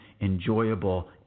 enjoyable